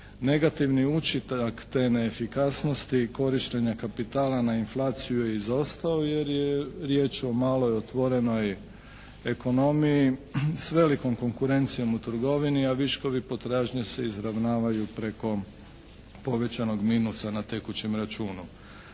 Negativni učinak te neefikasnosti i korištenja kapitala na inflaciju je izostao jer je riječ o maloj otvorenoj ekonomiji s velikom konkurencijom u trgovini, a viškovi i potražnja se izravnavaju preko povećanog minusa na tekućem računu.